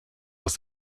aus